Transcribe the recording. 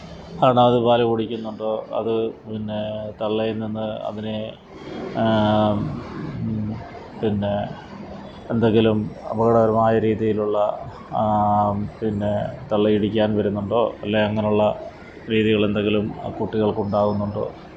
കാരണം അത് പാലുകുടിക്കുന്നുണ്ടോ അതുപിന്നെ തള്ളയില്നിന്ന് അതിനേ പിന്നെ എന്തെങ്കിലും അപകടകരമായ രീതിയിലുള്ള പിന്നെ തള്ളയിടിക്കാന് വരുന്നുണ്ടോ അല്ലേ അങ്ങനെയുള്ള രീതികളെന്തെങ്കിലും ആ കുട്ടികള്ക്കുണ്ടാകുന്നുണ്ടോ